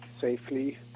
safely